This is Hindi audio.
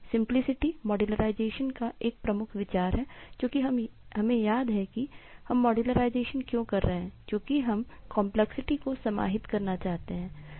सिंपलीसिटी को समाहित करना चाहते हैं